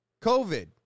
COVID